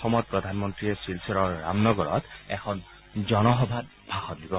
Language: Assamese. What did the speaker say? অসমত প্ৰধানমন্ত্ৰীয়ে শিলচৰৰ ৰামনগৰত এখন জনসভাত ভাষণ দিব